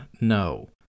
no